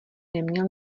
neměl